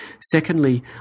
Secondly